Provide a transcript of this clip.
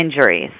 injuries